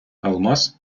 алмаз